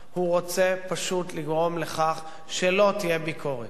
הוא רוצה פשוט לגרום לכך שלא תהיה ביקורת.